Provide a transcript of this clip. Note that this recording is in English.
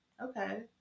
Okay